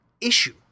issue